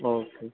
okay